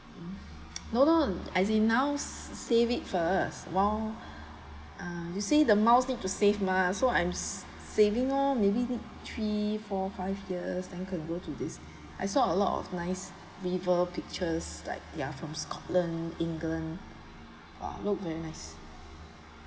no no as in now save it first while you see the miles need to save mah so I'm saving oh maybe need three four five years then can go to this I saw a lot of nice river pictures like they're from scotland england oh look very nice